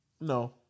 No